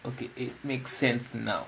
okay it makes sense now